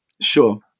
sure